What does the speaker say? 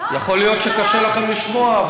יכול להיות שקשה לכם לשמוע,